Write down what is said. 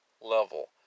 level